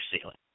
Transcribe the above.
ceiling